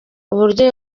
uburyo